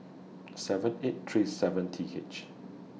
seven eight three seven T H